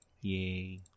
Yay